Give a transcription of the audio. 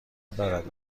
دارد